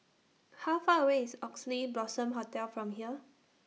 How Far away IS Oxley Blossom Hotel from here